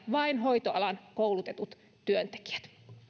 vain hoitoalan koulutetut työntekijät